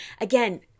Again